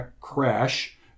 crash